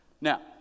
Now